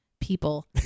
people